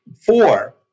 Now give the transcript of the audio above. Four